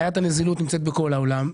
בעיית הנזילות נמצאת בכל העולם,